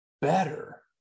better